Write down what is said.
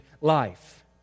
life